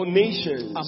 nations